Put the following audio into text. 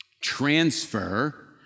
transfer